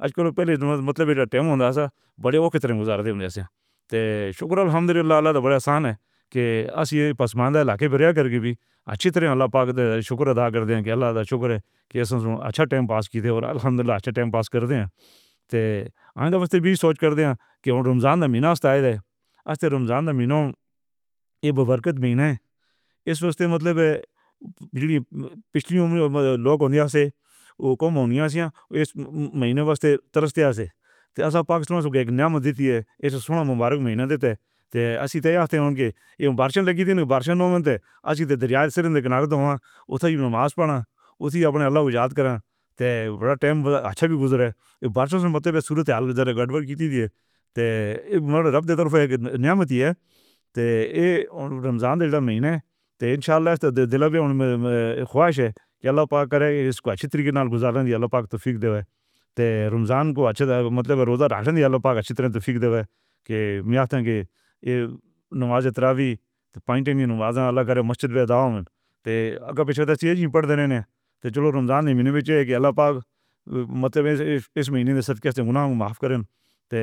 آج کل دے وی چنگے طریقے نال کلا شکریہ اے کہ چنگا ٹائم پاس کیتا سی تے ہم لاسٹ ٹائم پاس کردے سی۔ تے رمضان وچ، میں ایس وجہ توں مطلب ایس مہینے۔ ہاں جی دریا سیرین دے کینیڈا اُتھاں اسی اپنے اللہ کو یاد کرن، وڈا ٹائم چنگا وی گزرا، صورت دے گڑبڑ کیندی سی دی دے رب اک نیک انصاف کرن والا اے، دے ایہ رمضان سی، ادھر مہینے تے خواہش اے۔ ییلو پگ کرے ایس نوں چنگے طریقے نال گزارن دی۔ ییلو پگ تاں فکر دیوے تے رمضان کوں چنگے طریقے نال مطلب ییلو پگ چنگے طریقے تاں فکر دیوے کے نواز عشراوی۔ مطلب ایس مہینے وچ سب کیسے ہو نہ ہو معاف کرن سی